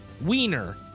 Wiener